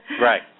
Right